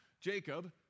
Jacob